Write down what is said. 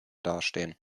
dastehen